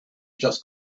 just